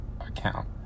account